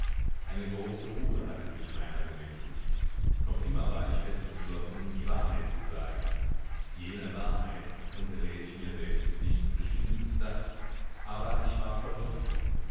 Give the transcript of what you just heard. eine große ruhe hatte sich meiner bemächtigt noch immer war ich fest entschlossen die wahrheit zu sagen jene wahrheit unter der ich mir selbst nichts bestimmtes dachte aber ich war voll hoffnung